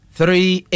three